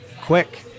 quick